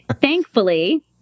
thankfully